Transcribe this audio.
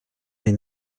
been